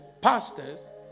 pastors